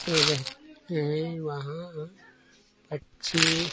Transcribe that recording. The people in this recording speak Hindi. रहे रहे वहाँ पक्षी